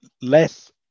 less